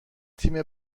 تیم